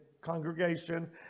congregation